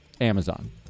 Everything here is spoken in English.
Amazon